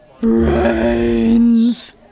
Brains